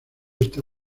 está